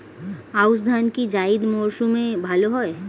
আউশ ধান কি জায়িদ মরসুমে ভালো হয়?